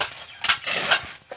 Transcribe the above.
बकरी पालने से की की लाभ होचे?